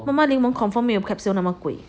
妈妈柠檬 confirm 没有 capsule 那么贵